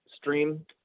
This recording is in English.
stream